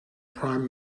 prime